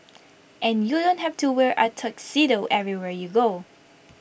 and you don't have to wear A tuxedo everywhere you go